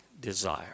desire